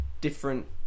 different